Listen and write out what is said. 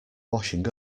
washing